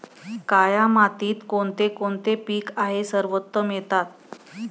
काया मातीत कोणते कोणते पीक आहे सर्वोत्तम येतात?